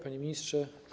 Panie Ministrze!